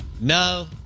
No